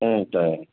ம்